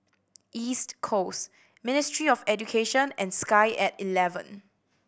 East Coast Ministry of Education and Sky At Eleven